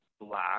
Black